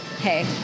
hey